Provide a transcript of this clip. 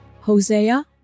Hosea